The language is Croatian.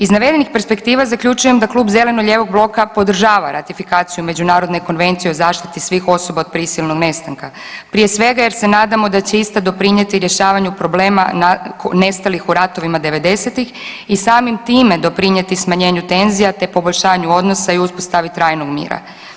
Iz navedenih perspektiva zaključujem da klub Zeleno-lijevog bloka podržava ratifikaciju Međunarodne konvencije o zaštiti svih osoba od prisilnog nestanka prije svega jer se nadamo da će ista doprinijeti rješavanju problema nestalih u ratovima devedesetih i samim time doprinijeti smanjenju tenzija, te poboljšanju odnosa i uspostavi trajnog mira.